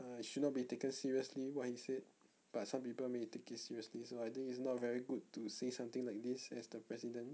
err should not be taken seriously what he said but some people may take it seriously so I think it's not very good to say something like this as the president